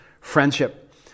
friendship